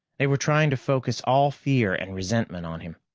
they were trying to focus all fear and resentment on him.